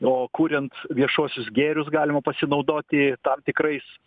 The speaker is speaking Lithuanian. o kuriant viešuosius gėrius galima pasinaudoti tam tikrais